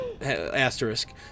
asterisk